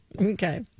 Okay